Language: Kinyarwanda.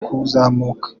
kuzamuka